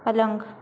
पलंग